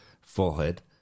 forehead